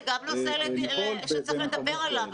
זה גם נושא שצריך לדבר עליו,